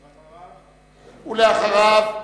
ואחריו?